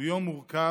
הוא יום מורכב,